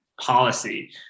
policy